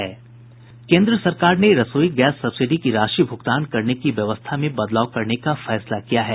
केन्द्र सरकार ने रसोई गैस सब्सिडी की राशि भुगतान करने की व्यवस्था में बदलाव करने का फैसला किया है